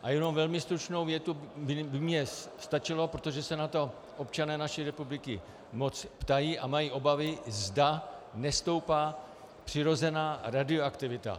A jenom velmi stručnou větu by mně stačilo, protože se na to občané naší republiky moc ptají a mají obavy, zda nestoupá přirozená radioaktivita.